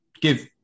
give –